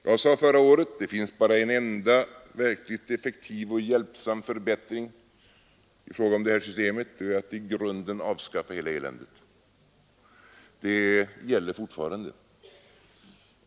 Jag sade förra året att det bara finns en enda verkligt effektiv förbättring i fråga om det här systemet: att i grunden avskaffa hela eländet. Detta gäller fortfarande.